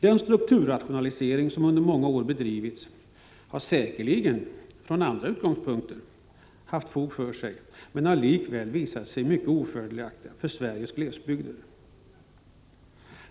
Den strukturrationalisering som under många år har bedrivits har säkerligen, från andra utgångspunkter, haft fog för sig, men den har likväl visat sig mycket ofördelaktig för Sveriges glesbygder.